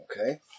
Okay